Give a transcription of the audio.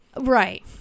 right